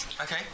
Okay